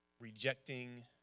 rejecting